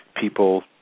people